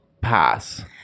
pass